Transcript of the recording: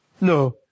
No